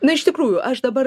na iš tikrųjų aš dabar